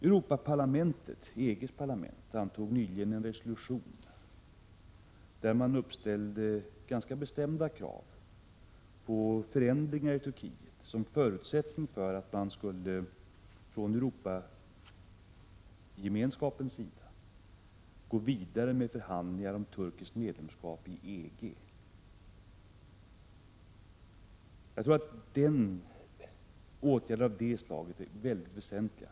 Europaparlamentet, EG:s parlament, antog nyligen en resolution där man uppställde bestämda krav på förändringar i Turkiet som förutsättning för att man från Europeiska gemenskapens sida skulle gå vidare i förhandlingar om Turkiets medlemskap i EG. Jag tror att åtgärder av det slaget är mycket väsentliga.